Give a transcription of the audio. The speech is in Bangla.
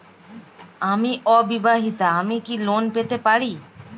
আমি অবিবাহিতা আমি কি লোন পেতে পারি?